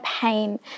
pain